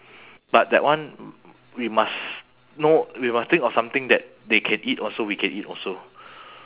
but that one we must know we must think of something that they can eat also we can ean eat also